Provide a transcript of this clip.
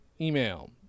email